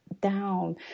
down